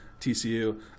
TCU